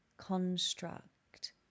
construct